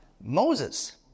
Moses